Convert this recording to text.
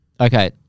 Okay